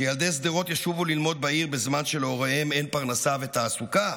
שילדי שדרות ישובו ללמוד בעיר בזמן שלהוריהם אין פרנסה ותעסוקה?